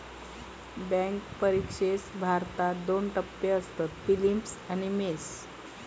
bank परिक्षेचे भारतात दोन टप्पे असतत, पिलिम्स आणि मेंस